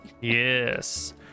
Yes